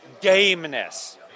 gameness